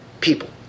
people